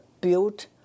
built